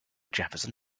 jefferson